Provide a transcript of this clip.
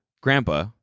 Grandpa